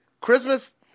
Christmas